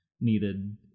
needed